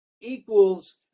equals